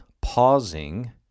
pausing